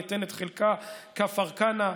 אני אתן את חלקה: כפר כנא,